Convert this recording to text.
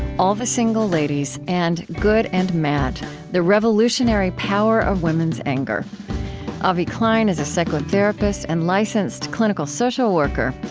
all the single ladies, and good and mad the revolutionary power of women's anger avi klein is a psychotherapist and licensed clinical social worker.